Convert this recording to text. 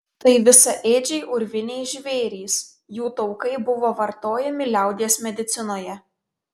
tai visaėdžiai urviniai žvėrys jų taukai buvo vartojami liaudies medicinoje